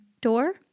door